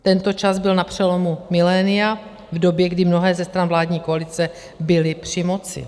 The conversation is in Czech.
Tento čas byl na přelomu milénia v době, kdy mnohé ze stran vládní koalice byly při moci.